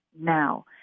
now